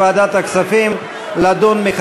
אדוני היושב-ראש,